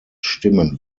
stimmen